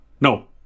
No